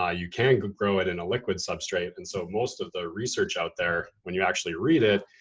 ah you can grow it in a liquid substrate. and so most of the research out there, when you actually read it,